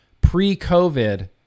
pre-COVID